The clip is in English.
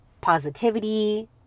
positivity